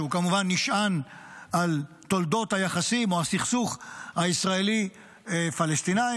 שכמובן נשען על תולדות היחסים או הסכסוך הישראלי פלסטיני,